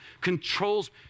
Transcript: controls